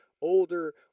older